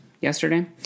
yesterday